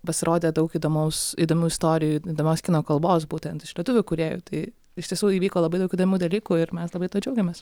pasirodė daug įdomaus įdomių istorijų įdomios kino kalbos būtent iš lietuvių kūrėjų tai iš tiesų įvyko labai daug įdomių dalykų ir mes labai tuo džiaugiamės